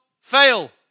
fail